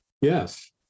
yes